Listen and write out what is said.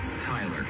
Tyler